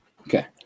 Okay